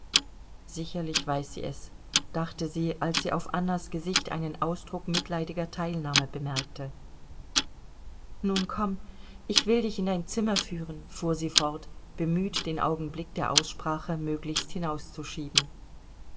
sicherlich weiß sie es dachte sie als sie auf annas gesicht einen ausdruck mitleidiger teilnahme bemerkte nun komm ich will dich in dein zimmer führen fuhr sie fort bemüht den augenblick der aussprache möglichst hinauszuschieben